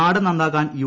നാട് നന്നാകാൻ യു